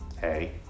hey